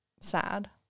sad